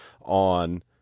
on